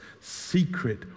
secret